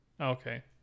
okay